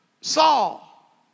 Saul